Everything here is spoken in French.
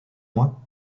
mois